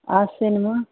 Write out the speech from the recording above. आश्विनमे